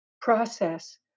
process